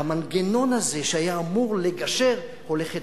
המנגנון הזה שהיה אמור לגשר, הולך ונעלם,